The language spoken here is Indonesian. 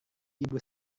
ibu